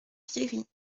pierry